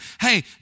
Hey